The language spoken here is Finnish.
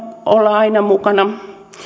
olla aina mukana